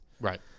Right